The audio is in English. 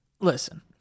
listen